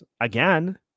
again